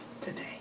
today